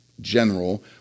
general